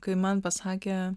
kai man pasakė